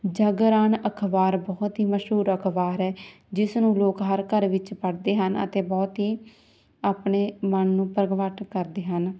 ਜਾਗਰਣ ਅਖ਼ਬਾਰ ਬਹੁਤ ਹੀ ਮਸ਼ਹੂਰ ਅਖ਼ਬਾਰ ਹੈ ਜਿਸ ਨੂੰ ਲੋਕ ਹਰ ਘਰ ਵਿੱਚ ਪੜ੍ਹਦੇ ਹਨ ਅਤੇ ਬਹੁਤ ਹੀ ਆਪਣੇ ਮਨ ਨੂੰ ਪ੍ਰਗਵਟ ਕਰਦੇ ਹਨ